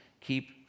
keep